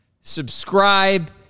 subscribe